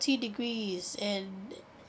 degrees and